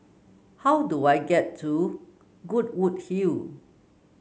how do I get to Goodwood Hill